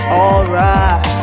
alright